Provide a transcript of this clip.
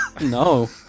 No